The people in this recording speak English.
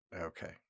Okay